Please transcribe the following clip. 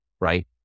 right